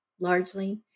largely